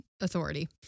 authority